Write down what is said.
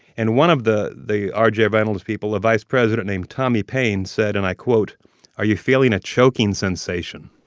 and one of the the r j. reynolds people, a vice president president named tommy payne, said and i quote are you feeling a choking sensation?